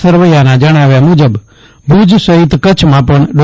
સરવૈયાના જણાવ્યા મુજબ ભુજ સફિત કચ્છમાં પણ ડો